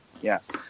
yes